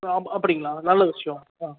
ஆமாம் அப்படிங்களா நல்ல விஷியம்